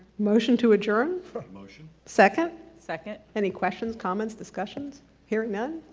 motion to adjourn motion second second any questions comments discussion hearing none